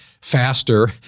faster